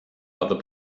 other